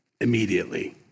immediately